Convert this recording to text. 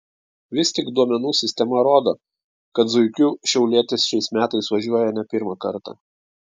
vis tik duomenų sistema rodo kad zuikiu šiaulietis šiais metais važiuoja ne pirmą kartą